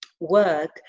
work